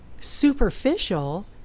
superficial